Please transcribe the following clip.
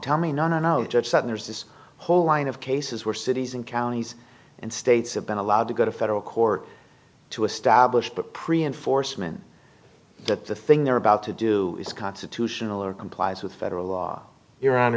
tell me nonono judge that there's this whole line of cases where cities and counties and states have been allowed to go to federal court to establish but pre enforcement that the thing they're about to do is constitutional or complies with federal law